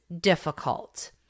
difficult